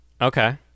Okay